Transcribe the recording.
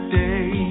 day